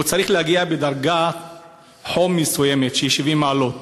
והוא צריך להגיע בדרגת חום מסוימת, של 70 מעלות.